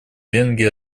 венгрии